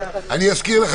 אני מציע,